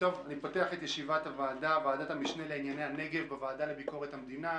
אני פותח את ישיבת ועדת המשנה של הוועדה לביקורת המדינה לענייני הנגב.